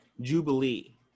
Jubilee